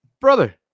brother